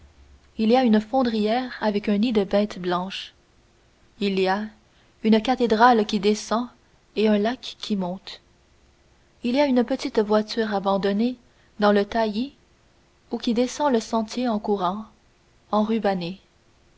il y a une fondrière avec un nid de bêtes blanches il y a une cathédrale qui descend et un lac qui monte il y a une petite voiture abandonnée dans le taillis ou qui descend le sentier en courant enrubannée